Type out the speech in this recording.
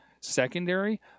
secondary